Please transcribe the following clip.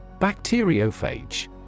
Bacteriophage